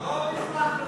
לא נסלח להם.